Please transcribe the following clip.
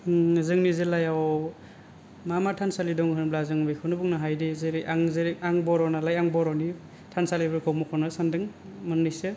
जोंनि जिल्लायाव मा मा थानसालि दं होनोब्ला जों बेखौनो बुंनो हायोदि जेरै आं जेरै आं बर' नालाय आं बर'नि थानसालिफोरखौ मख'नो सानदों मोन्नैसो